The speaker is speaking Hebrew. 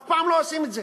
אף פעם לא עושים את זה.